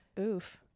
oof